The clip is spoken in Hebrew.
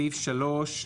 סעיף 3,